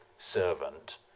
servant